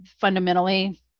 fundamentally